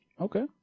Okay